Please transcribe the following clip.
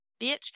bitch